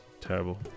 Terrible